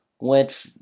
Went